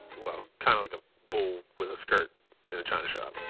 well, kind of like a bull with a skirt in a china shop.